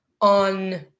on